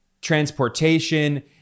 transportation